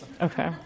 Okay